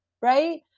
right